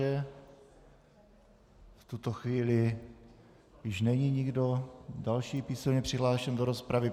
V tuto chvíli již není nikdo další písemně přihlášen do rozpravy.